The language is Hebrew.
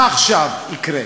מה עכשיו יקרה?